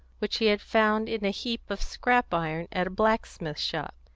which he had found in a heap of scrap-iron at a blacksmith's shop,